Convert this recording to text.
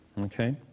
Okay